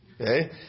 Okay